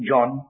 John